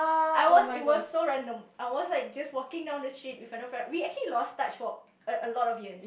I was it was so random I was like just walking down the street with another friend we actually lost touch for a lot of years